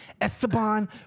Esteban